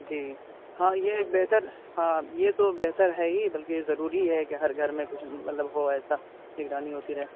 جی ہاں یہ بہتر ہاں یہ تو بہتر ہے ہی بلکہ ضروری ہے کہ ہر گھر میں کچھ مطلب ہو ایسا نگرانی ہوتی رہے